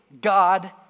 God